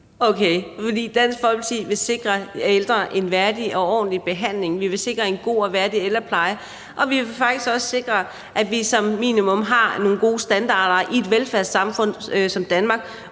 Okay. Dansk Folkeparti vil sikre ældre en værdig og ordentlig behandling. Vi vil sikre en god og værdig ældrepleje, og vi vil faktisk også sikre, at vi som minimum har nogle gode standarder i et velfærdssamfund som Danmark,